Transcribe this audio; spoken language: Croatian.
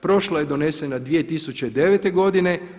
Prošla je donesena 2009. godine.